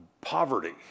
poverty